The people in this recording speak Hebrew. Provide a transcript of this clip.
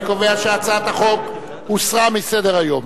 אני קובע שהצעת החוק הוסרה מסדר-היום.